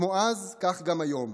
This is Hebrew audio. כמו אז כך גם היום,